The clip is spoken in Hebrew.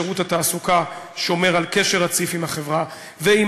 שירות התעסוקה שומר על קשר רציף עם החברה ועם